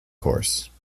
course